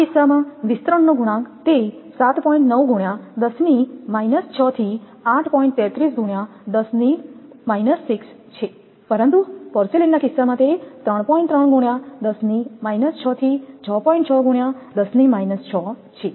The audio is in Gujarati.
આ કિસ્સામાં વિસ્તરણનો ગુણાંક તે થીછે પરંતુ પોર્સેલેઇનના કિસ્સામાં તે થી છે